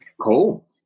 cool